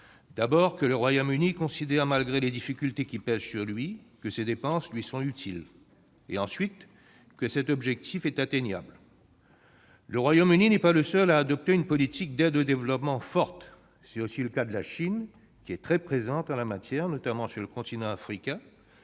fait que le Royaume-Uni considère, malgré les difficultés qui pèsent sur lui, que ces dépenses lui sont utiles ; ensuite, que cet objectif peut être atteint. Le Royaume-Uni n'est pas seul à adopter une politique d'aide au développement forte. C'est aussi le cas de la Chine, très active en la matière, notamment sur le continent africain